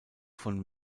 von